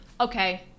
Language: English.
okay